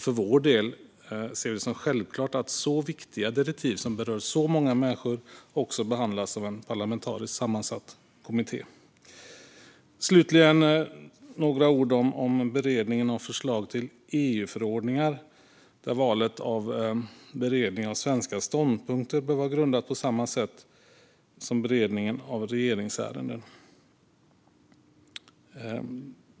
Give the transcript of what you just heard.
För vår del ser vi det som självklart att så pass viktiga direktiv som berör väldigt många människor också behandlas av en parlamentariskt sammansatt kommitté. Slutligen vill jag säga några ord om beredningen av förslag till EUförordningar. Valet av beredning av svenska ståndpunkter bör vara grundat på samma sätt som beredningen av regeringsärenden.